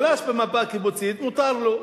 חלש במפה הקיבוצית, מותר לו.